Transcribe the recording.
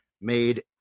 made